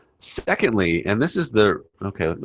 secondly, and this is the ok.